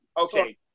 Okay